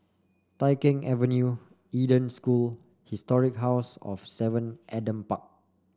Tai Keng Avenue Eden School and Historic House of Seven Adam Park